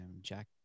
jack